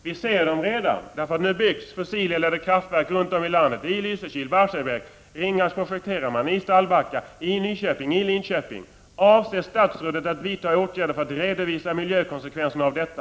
Vi ser dem redan — nu byggs fossileldade kraftverk runt om i landet: i Lysekil, i Barsebäck, i Stallbacka, i Nyköping och i Linköping, och i Ringhals projekterar man. Avser statsrådet att vidta åtgärder för att redovisa miljökonsekvenserna av detta?